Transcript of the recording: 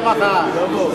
רגע,